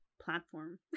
platform